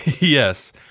Yes